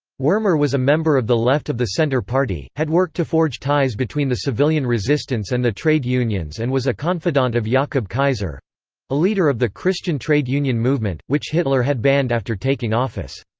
wirmer was a member of the left of the centre party, had worked to forge ties between the civilian resistance and the trade unions and was a confidant of jakob kaiser a leader of the christian trade union movement, which hitler had banned after taking office.